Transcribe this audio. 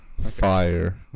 Fire